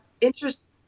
interesting